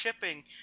shipping